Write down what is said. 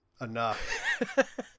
enough